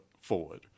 forward